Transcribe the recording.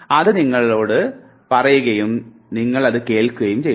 അത് നിങ്ങളോട് പറയുകയും നിങ്ങൾ അത് കേൾക്കുകയും ചെയ്യുന്നു